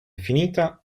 finita